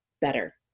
better